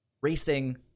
racing